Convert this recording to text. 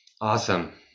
Awesome